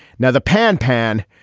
now the pan pan.